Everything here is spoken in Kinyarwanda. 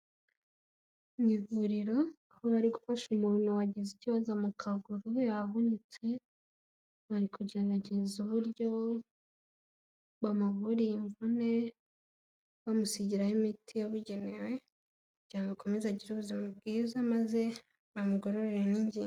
Mu ivuriro, aho bari gufasha umuntu wagize ikibazo mu kaguru, yavunitse, bari kugerageza uburyo bamuvura iyi mvune bamusigiraho imiti yabugenewe kugira ngo akomeze agire ubuzima bwiza maze bamugororere n'ingingo.